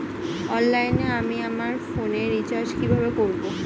অনলাইনে আমি আমার ফোনে রিচার্জ কিভাবে করব?